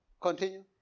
Continue